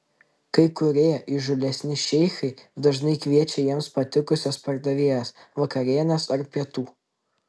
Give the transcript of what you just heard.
kai kurie įžūlesni šeichai dažnai kviečia jiems patikusias pardavėjas vakarienės ar pietų